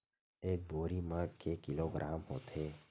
एक बोरी म के किलोग्राम होथे?